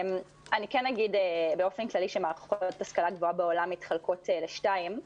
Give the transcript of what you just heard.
אני כן אגיד באופן כללי שמערכות השכלה גבוהה בעולם מתחלקות לשתיים,